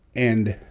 and